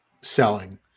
selling